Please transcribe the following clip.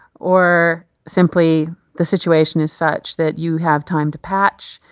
or simply, the situation is such that you have time to patch,